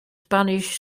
spanish